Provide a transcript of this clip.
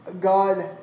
God